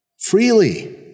freely